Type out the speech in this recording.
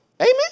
Amen